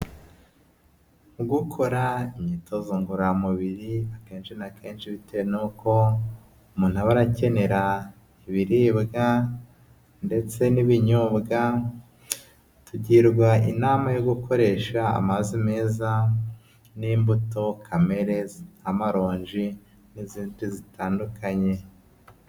Gukora imyitozo ngororamubiri akenshi na kenshi bitewe nuko umuntu ahora akenera ibiribwa ndetse n'ibinyobwa, tugirwa inama yo gukoresha amazi meza n'imbuto kamere nk'amaronji n'izindi zitandukanye.